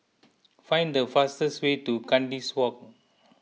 find the fastest way to Kandis Walk